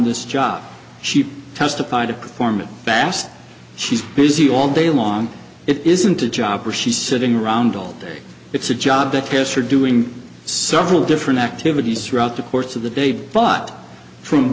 this job she testified to perform it bast she's busy all day long it isn't a job or she's sitting around all day it's a job that cares for doing several different activities throughout the course of the day but from